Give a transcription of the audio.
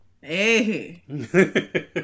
Hey